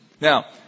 Now